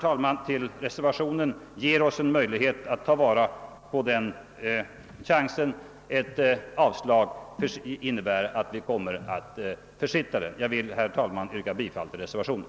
Ett bifall till reservationen ger oss en möjlighet att ta vara på den chansen — ett bifall till utskottet innebär att vi kommer att försitta den. Jag vill, herr talman, yrka bifall till reservationen.